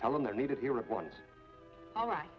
tell them that needed here at once all right